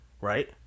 Right